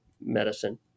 medicine